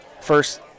First